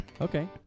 Okay